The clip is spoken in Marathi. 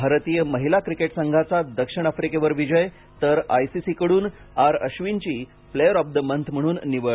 भारतीय महिला क्रिकेट संघाचा दक्षिण आफ्रिकेवर विजय तर आय सी सी कडून आर आश्विनची प्लेअर ऑफ द मंथ म्हणून निवड